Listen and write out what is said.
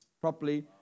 properly